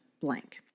blank